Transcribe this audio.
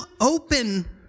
open